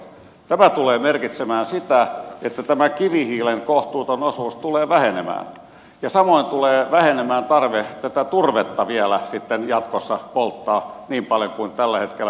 tämä tulee merkitsemään sitä niin tämä kivihiilen kohtuuton osuus tulee vähenemään ja samoin tulee vähenemään tarve vielä jatkossa polttaa turvetta niin paljon kuin tällä hetkellä poltetaan